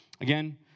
Again